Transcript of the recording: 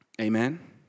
Amen